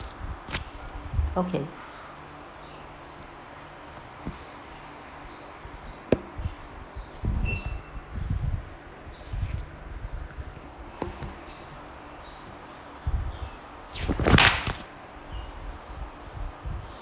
okay